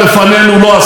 והינה מה שהורדנו: